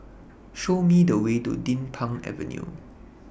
Show Me The Way to Din Pang Avenue